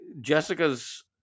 Jessica's